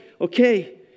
okay